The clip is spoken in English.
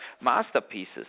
masterpieces